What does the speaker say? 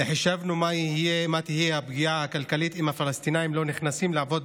חישבנו מה תהיה הפגיעה הכלכלית אם הפלסטינים לא נכנסים לעבוד